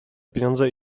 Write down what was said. pieniądze